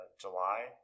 July